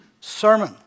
sermon